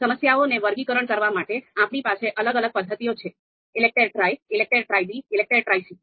સમસ્યાઓણે વર્ઘીકરણ કરવા માટે આપણી પાસે અલગ અલગ પદ્ધતિઓ છે ELECTRE Tri ELECTRE Tri B ELECTRE Tri C